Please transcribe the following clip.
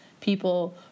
people